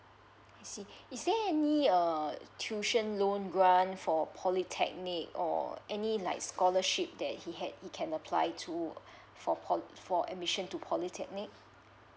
I see is there any uh tuition loan grant for polytechnic or any like scholarship that he had he can apply to for po~ for admission to polytechnic